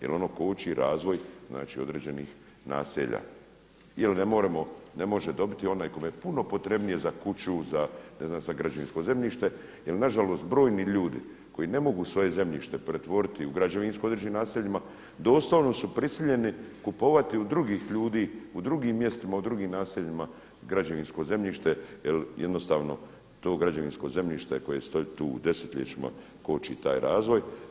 Jer ono koči razvoj znači određenih naselja jer ne može dobiti onaj kome je puno potrebnije za kuću, ne znam, za građevinsko zemljište, jer nažalost brojni ljudi koji ne mogu svoje zemljište pretvoriti u građevinsko u određenim naseljima, doslovno su prisiljeni kupovati od drugih ljudi u drugim mjestima, u drugim naseljima građevinsko zemljište, jer jednostavno to građevinsko zemljište koje stoji tu desetljećima koči taj razvoj.